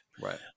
Right